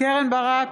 קרן ברק,